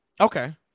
Okay